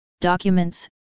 documents